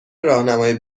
راهنمای